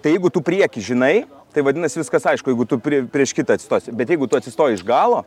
tai jeigu tu priekį žinai tai vadinasi viskas aišku jeigu tu turi prieš kitą atstovą bet jeigu tu atsistoji iš galo